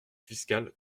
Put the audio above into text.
fiscal